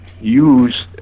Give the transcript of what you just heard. use